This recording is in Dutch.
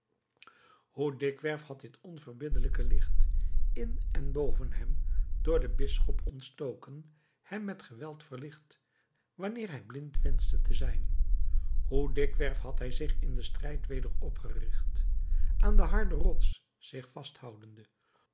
hoe dikwerf had dit onverbiddelijke licht in en boven hem door den bisschop ontstoken hem met geweld verlicht wanneer hij blind wenschte te zijn hoe dikwerf had hij zich in den strijd weder opgericht aan de harde rots zich vasthoudende